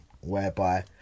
whereby